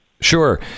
Sure